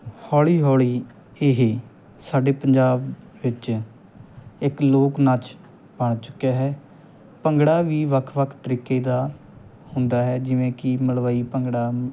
ਹੌਲੀ ਹੌਲੀ ਇਹ ਸਾਡੇ ਪੰਜਾਬ ਵਿੱਚ ਇੱਕ ਲੋਕ ਨਾਚ ਬਣ ਚੁੱਕਿਆ ਹੈ ਭੰਗੜਾ ਵੀ ਵੱਖ ਵੱਖ ਤਰੀਕੇ ਦਾ ਹੁੰਦਾ ਹੈ ਜਿਵੇਂ ਕਿ ਮਲਵਈ ਭੰਗੜਾ